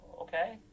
Okay